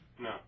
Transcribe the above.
No